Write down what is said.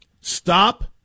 stop